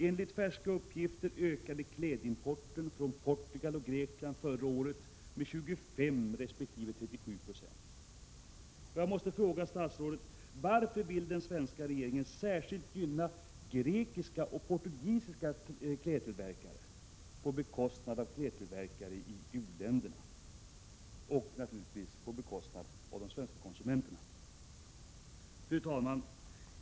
Enligt färska uppgifter ökade klädimporten från Portugal och Grekland förra året med 25 resp. 37 70. Jag måste fråga statsrådet: Varför vill den svenska regeringen gynna grekiska och portugisiska klädtillverkare, på bekostnad av klädtillverkare i u-länderna och, därigenom också, på bekostnad av de svenska konsumenterna? Fru talman!